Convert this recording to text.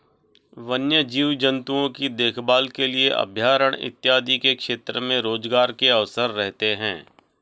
वन्य जीव जंतुओं की देखभाल के लिए अभयारण्य इत्यादि के क्षेत्र में रोजगार के अवसर रहते हैं